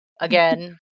again